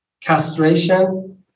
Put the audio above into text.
castration